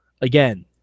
Again